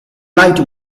light